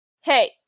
Hey